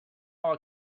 own